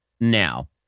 now